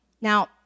Now